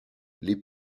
les